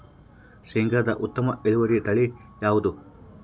ಶೇಂಗಾದ ಉತ್ತಮ ಇಳುವರಿ ತಳಿ ಯಾವುದು?